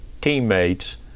teammates